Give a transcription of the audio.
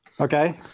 Okay